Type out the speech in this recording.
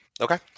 okay